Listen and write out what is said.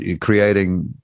creating